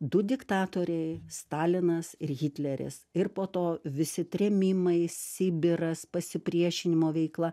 du diktatoriai stalinas ir hitleris ir po to visi trėmimai sibiras pasipriešinimo veikla